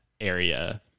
area